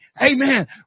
Amen